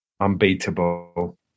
unbeatable